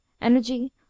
ENERGY